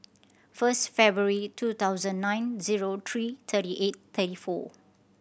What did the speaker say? first February two thousand nine zero three thirty eight thirty four